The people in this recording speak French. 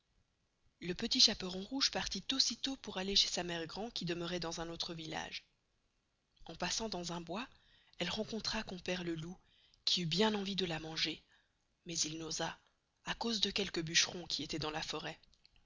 le petit chaperon rouge partit aussi tost pour aller chez sa mere grand qui demeuroit dans un autre village en passant dans un bois elle rencontra compere le loup qui eut bien envie de la manger mais il n'osa à cause de quelques bucherons qui estoient dans la forest